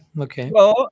okay